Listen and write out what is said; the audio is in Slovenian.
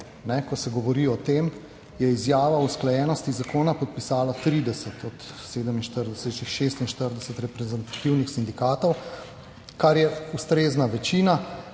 Ko se govori o tem, je izjavo o usklajenosti zakona podpisalo 30 od 47, 46 reprezentativnih sindikatov, kar je ustrezna večina,